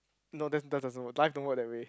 no that that doesn't work life don't work that way